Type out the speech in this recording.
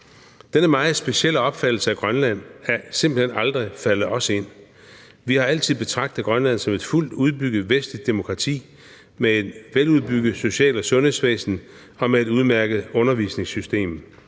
Denne meget specielle opfattelse af Grønland er simpelt hen aldrig faldet os ind. Vi har altid betragtet Grønland som et fuldt udbygget vestligt demokrati med et veludbygget social- og sundhedsvæsen og med et udmærket undervisningssystem.